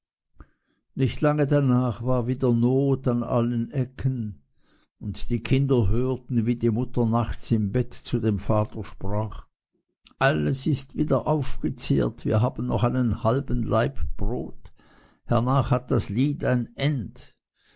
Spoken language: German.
nicht lange danach war wieder not in allen ecken und die kinder hörten wie die mutter nachts im bette zu dem vater sprach alles ist wieder aufgezehrt wir haben noch einen halben laib brot hernach hat das lied ein ende